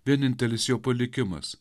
vienintelis jo palikimas